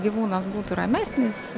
gyvūnas būtų ramesnis